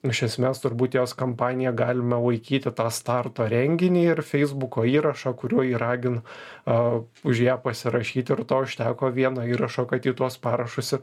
iš esmės turbūt jos kampaniją galime laikyti tą starto renginį ir feisbuko įrašą kuriuo ji ragino a už ją pasirašyti ir to užteko vieno įrašo kad ji tuos parašus ir